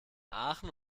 aachen